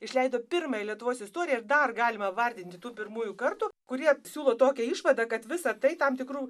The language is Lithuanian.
išleido pirmąją lietuvos istoriją ir dar galima vardinti tų pirmųjų kartų kurie siūlo tokią išvadą kad visa tai tam tikru